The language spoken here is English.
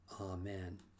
Amen